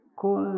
con